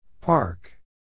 Park